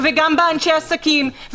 גם באנשי עסקים,